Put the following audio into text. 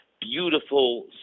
beautiful